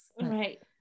Right